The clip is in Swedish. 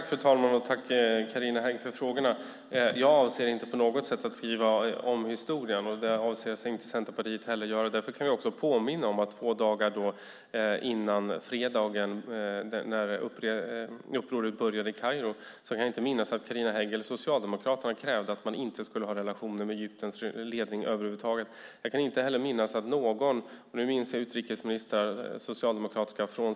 Fru talman! Tack för frågorna, Carina Hägg! Jag avser inte på något sätt att skriva om historien, och det avser inte heller Centerpartiet att göra. Därför kan vi också påminna om de två dagarna innan fredagen när upproret började i Kairo. Jag kan inte minnas att Carina Hägg eller Socialdemokraterna krävde att man inte skulle ha relationer med Egyptens ledning över huvud taget. Jag minns socialdemokratiska utrikesministrar från Sten Andersson och framåt.